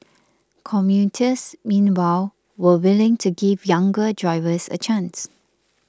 commuters meanwhile were willing to give younger drivers a chance